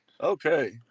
Okay